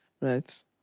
right